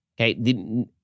Okay